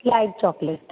light chocolate